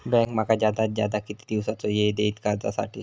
Bank माका जादात जादा किती दिवसाचो येळ देयीत कर्जासाठी?